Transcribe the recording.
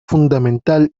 fundamental